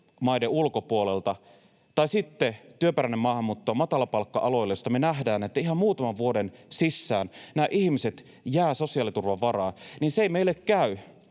tai sitten työperäinen maahanmuutto matalapalkka-aloille, josta me nähdään, että ihan muutaman vuoden sisään nämä ihmiset jäävät sosiaaliturvan varaan, ei meille käy,